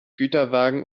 güterwagen